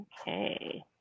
Okay